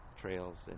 trails